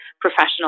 professional